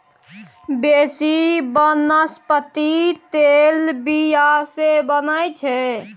बेसी बनस्पति तेल बीया सँ बनै छै